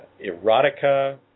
erotica